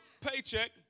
paycheck